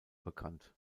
bekannt